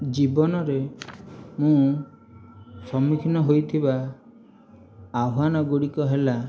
ଜୀବନରେ ମୁଁ ସମ୍ମୁଖୀନ ହୋଇଥିବା ଆହ୍ଵାନ ଗୁଡ଼ିକ ହେଲା